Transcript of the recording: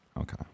Okay